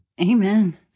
Amen